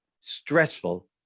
stressful